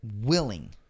willing